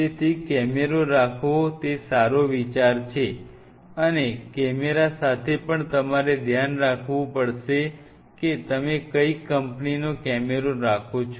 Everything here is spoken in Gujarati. તેથી કેમેરો રાખવો તે સારો વિચાર છે અને કેમેરા સાથે પણ તમારે ધ્યાન રાખવું પડશે કે તમે કઈ કંપનીનો કેમેરો રાખો છો